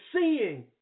seeing